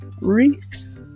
wreaths